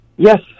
Yes